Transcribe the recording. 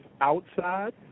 outside